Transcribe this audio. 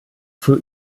für